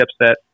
upset